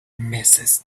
mrs